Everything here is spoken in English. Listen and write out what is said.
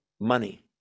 money